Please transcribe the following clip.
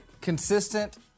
Consistent